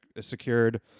secured